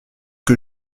que